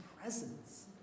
presence